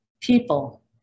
People